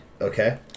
Okay